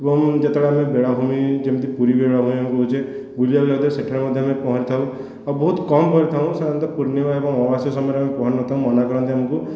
ଏବଂ ଯେତେବେଳେ ଆମେ ବେଳାଭୂମି ଯେମିତି ପୁରୀ ବେଳାଭୂମି ହେଉଛି ବୁଲିବାକୁ ଯାଇ ମଧ୍ୟ ସେଠାରେ ମଧ୍ୟ ଆମେ ପହଁରିଥାଉ ଆଉ ବହୁତ କମ ପହଁରିଥାଉ ସାଧାରଣ ପୂର୍ଣ୍ଣିମା ଓ ଅମାବାସ୍ୟା ସମୟରେ ଆମେ ପହଁରି ନଥାଉ ମନାକରନ୍ତି ଆମକୁ